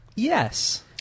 Yes